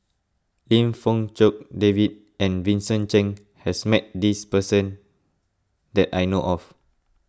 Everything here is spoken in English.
Lim Fong Jock David and Vincent Cheng has met this person that I know of